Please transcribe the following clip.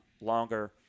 longer